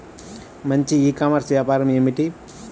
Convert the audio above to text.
మంచి e commerce వ్యాపారం ఏమిటీ?